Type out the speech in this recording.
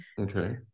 Okay